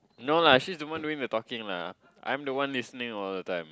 no lah she is the one doing the talking lah I am the one listening all the time